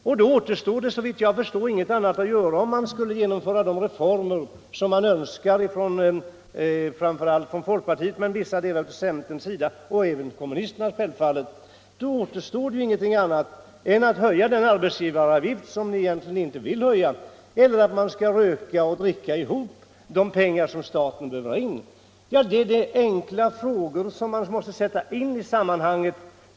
Om de reformer skall genomföras som är önskade framför allt från folkpartiet men även från vissa delar av centerpartiet — och från kom munisterna — återstår såvitt jag begriper ingenting annat än att höja den arbetsgivaravgift som ni egentligen inte vill höja eller att vi skall röka och dricka ihop de pengar som staten behöver. Det är frågor som måste ställas i det sammanhanget.